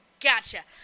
Gotcha